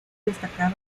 destacado